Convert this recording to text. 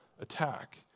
attack